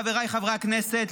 חבריי חברי הכנסת,